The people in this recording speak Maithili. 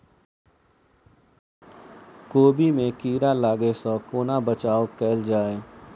कोबी मे कीड़ा लागै सअ कोना बचाऊ कैल जाएँ?